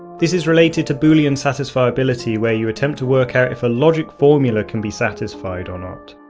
this is related to boolean satisfiability where you attempt to work out if a logic formula can be satisfied or not.